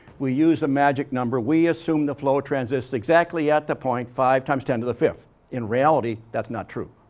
we use a magic number. we assume the flow transists exactly at the point five times ten to the fifth in reality, that's not true.